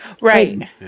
Right